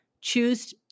choose